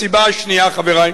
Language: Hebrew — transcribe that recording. הסיבה השנייה, חברי,